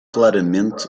claramente